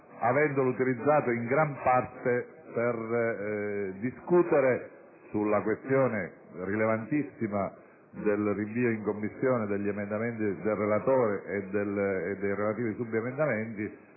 avendolo utilizzato in gran parte per discutere sulla rilevantissima questione del rinvio in Commissione degli emendamenti del relatore e dei relativi subemendamenti.